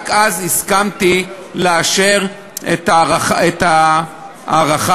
רק אז הסכמתי לאשר את ההארכה.